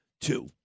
two